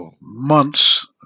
months